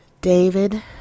David